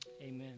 Amen